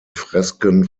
fresken